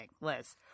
Liz